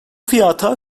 fiyata